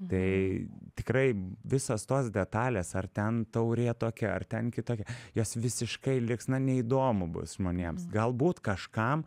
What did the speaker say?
tai tikrai visos tos detalės ar ten taurė tokia ar ten kitokia jos visiškai liks na neįdomu bus žmonėms galbūt kažkam